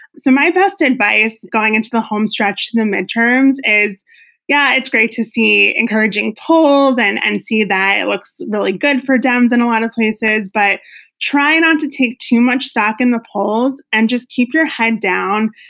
so my best advice going into the homestretch and the midterms is yeah, it's great to see encouraging polls and and see that it looks really good for dems in a lot of places, but try and not to take too much stock in the polls and just keep your head down,